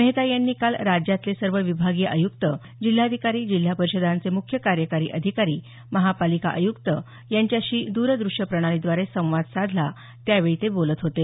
मेहता यांनी काल राज्यातले सर्व विभागीय आयुक्त जिल्हाधिकारी जिल्हा परिषदांचे मुख्य कार्यकारी अधिकारी महापालिका आयुक्त यांच्याशी द्रद्रश्यप्रणालीद्वारे संवाद साधला त्यावेळी ते बोलत होते